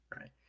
right